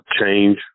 change